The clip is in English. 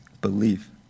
Belief